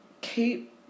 keep